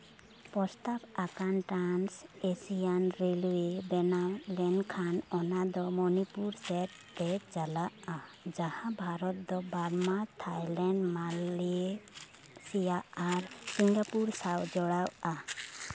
ᱯᱨᱚᱥᱛᱟᱵ ᱟᱠᱟᱱᱴᱨᱟᱱᱥ Asian railway ᱵᱮᱱᱟᱣ ᱞᱮᱱᱠᱷᱟᱱ ᱚᱱᱟ ᱫᱚ ᱢᱚᱱᱤᱯᱩᱨ ᱥᱮᱫ ᱛᱮ ᱪᱟᱞᱟᱜᱼᱟ ᱡᱟᱦᱟᱸ ᱵᱷᱟᱨᱚᱛ ᱫᱚ ᱵᱟᱨᱢᱟ ᱛᱷᱟᱭᱞᱮᱱᱰ ᱢᱟᱞᱭᱮᱥᱤᱭᱟ ᱟᱨ ᱥᱤᱝᱜᱟᱯᱩᱨ ᱥᱟᱶ ᱡᱚᱲᱟᱜᱼᱟ